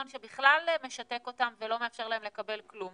שבכלל משתק אותם ולא מאפשר להם לקבל כלום.